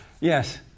Yes